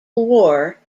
war